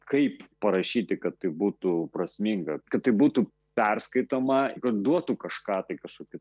kaip parašyti kad tai būtų prasminga kad tai būtų perskaitoma kad duotų kažką tai kažkokį